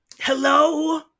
Hello